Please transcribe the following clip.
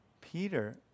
Peter